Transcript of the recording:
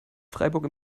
freiburg